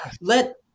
let